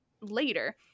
later